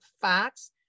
facts